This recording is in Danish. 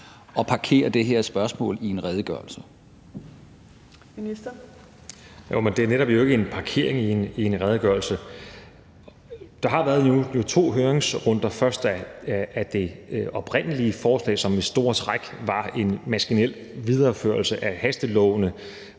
(Magnus Heunicke): Men det er jo netop ikke en parkering i en redegørelse. Der har jo nu været to høringsrunder, først af det oprindelige forslag, som i store træk var en maskinel videreførelse af hastelovene,